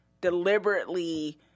deliberately